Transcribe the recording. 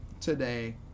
today